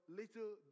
little